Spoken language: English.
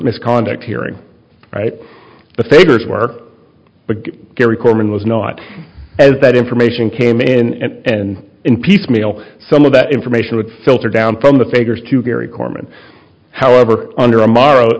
misconduct hearing right the faders work but gary coleman was not as that information came in and in piecemeal some of that information would filter down from the figures to gary corman however under morrow